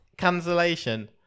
Cancellation